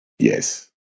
Yes